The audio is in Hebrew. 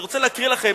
אני רוצה להקריא לכם,